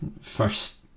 first